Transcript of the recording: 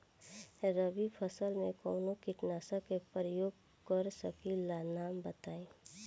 रबी फसल में कवनो कीटनाशक के परयोग कर सकी ला नाम बताईं?